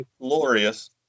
glorious